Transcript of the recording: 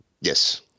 Yes